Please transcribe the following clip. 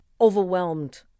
overwhelmed